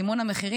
את סימון המחירים,